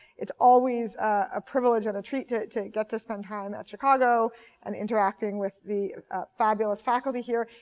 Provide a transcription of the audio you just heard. it's always a privilege and a treat to to get to spend time at chicago and interacting with the fabulous faculty here.